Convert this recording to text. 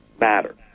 matter